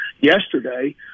yesterday